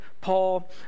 Paul